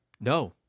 no